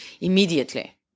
immediately